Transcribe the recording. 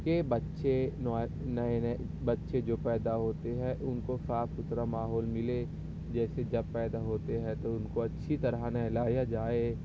کہ بچے نئے نئے بچے جو پیدا ہوتے ہیں ان کو صاف ستھرا ماحول ملے جیسے جب پیدا ہوتے ہیں تو ان کو اچھی طرح نہلایا جائے